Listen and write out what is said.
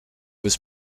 was